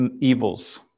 evils